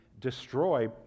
destroy